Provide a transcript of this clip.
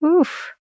oof